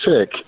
sick